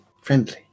friendly